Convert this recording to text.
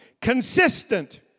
Consistent